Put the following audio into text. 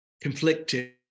conflicted